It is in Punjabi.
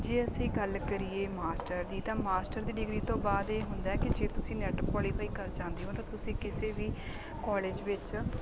ਜੇ ਅਸੀਂ ਗੱਲ ਕਰੀਏ ਮਾਸਟਰ ਦੀ ਤਾਂ ਮਾਸਟਰ ਦੀ ਡਿਗਰੀ ਤੋਂ ਬਾਅਦ ਇਹ ਹੁੰਦਾ ਕਿ ਜੇ ਤੁਸੀਂ ਨੈੱਟ ਕੁਆਲੀਫਾਈ ਕਰ ਜਾਂਦੇ ਹੋ ਤਾਂ ਤੁਸੀਂ ਕਿਸੇ ਵੀ ਕੋਲਜ ਵਿੱਚ